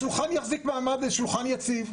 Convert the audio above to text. השולחן יחזיק מעמד והשולחן יהיה יציב.